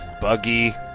buggy